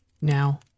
Now